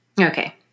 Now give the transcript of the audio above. Okay